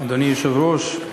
אדוני היושב-ראש,